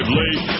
late